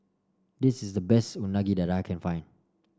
this is the best that I can find